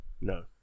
No